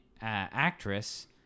actress